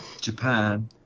Japan